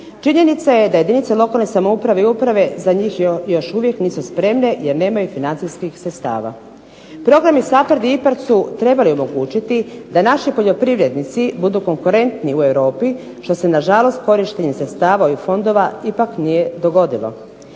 Činjenica je da jedinice lokalne samouprave i uprave za njih još uvijek nisu spremne jer nemaju financijskih sredstava. Programi SAPHARD i IPARD su trebali omogućiti da naši poljoprivrednici budu konkurentni u Europi što se nažalost korištenjem sredstava ovih fondova ipak nije dogodilo.